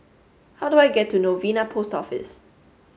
how do I get to Novena Post Office